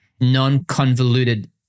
non-convoluted